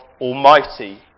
Almighty